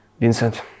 Vincent